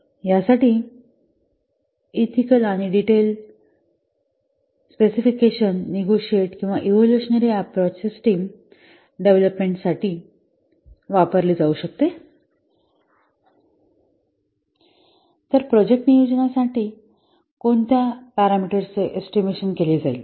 तर यासाठी नैतिक आणि डिटेल तपशील नेगोशिएटे किंवा इवोल्युशनरी अँप्रोच सिस्टिम डेव्हलपमेंट साठी वापरला जाऊ शकतो तर प्रोजेक्ट नियोजनासाठी कोणत्या पॅरामीटर्स चे एस्टिमेशन केले जाईल